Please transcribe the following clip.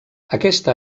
aquesta